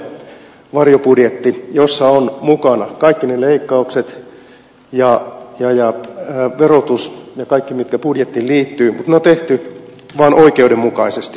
perussuomalaisilta tulee varjobudjetti jossa on mukana kaikki ne leikkaukset ja verotus ja kaikki mitkä budjettiin liittyvät mutta ne on tehty vaan oikeudenmukaisesti